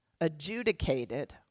adjudicated